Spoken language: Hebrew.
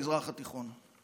במזרח התיכון.